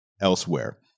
elsewhere